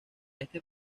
este